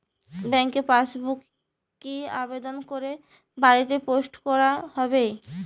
ব্যাংকের পাসবুক কি আবেদন করে বাড়িতে পোস্ট করা হবে?